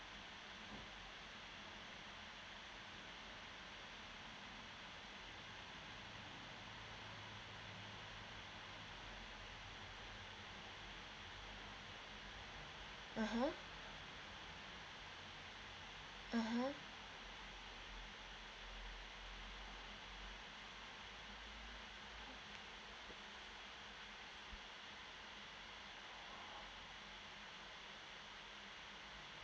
mmhmm mmhmm